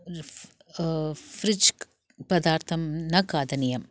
if फ्रिज्क् पदार्थं न खादनीयम्